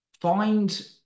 find